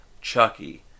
Chucky